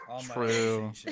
true